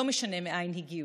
לא משנה מאין הגיעו.